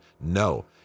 No